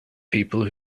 people